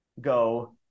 go